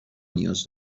نیاز